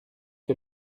que